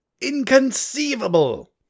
Inconceivable